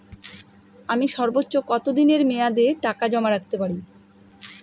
আমি সর্বোচ্চ কতদিনের মেয়াদে টাকা জমা রাখতে পারি?